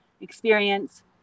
experience